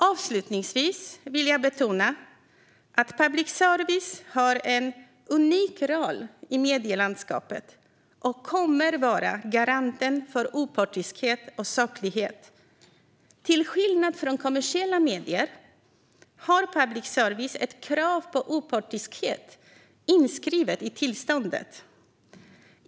Avslutningsvis vill jag betona att public service har en unik roll i medielandskapet och kommer att vara garanten för opartiskhet och saklighet. Till skillnad från kommersiella medier har public service ett krav på opartiskhet inskrivet i tillståndet.